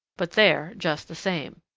but there just the same.